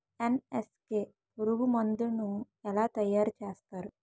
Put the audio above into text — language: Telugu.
ఎన్.ఎస్.కె పురుగు మందు ను ఎలా తయారు చేస్తారు?